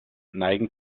neigen